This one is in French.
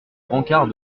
brancard